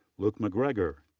luke macgregor,